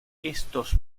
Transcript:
estos